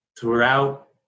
throughout